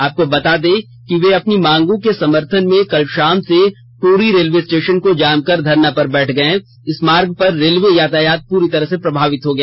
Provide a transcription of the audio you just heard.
आपको बता दें कि ये अपनी मांगों के समर्थन में कल शाम से टोरी रेलये स्टेशन को जाम कर धरना पर बैठ गये जिससे इस मार्ग पर रेलये यातायात पुरी तरह प्रभावित हो गया